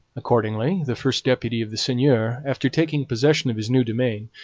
accordingly, the first duty of the seigneur, after taking possession of his new domain,